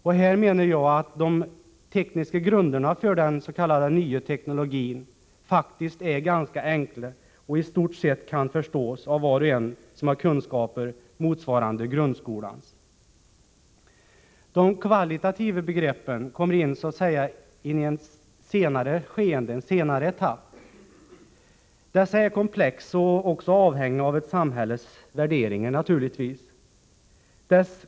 Här menar jag att de tekniska grunderna för den s.k. nya teknologin faktiskt är ganska enkla och i stort sett kan förstås av var och en som har kunskaper motsvarande grundskolans. De kvalitativa begreppen kommer in så att säga i en senare etapp. Dessa är komplexa och naturligtvis också avhängiga av ett samhälles värderingar.